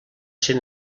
ser